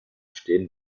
stehen